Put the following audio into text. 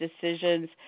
decisions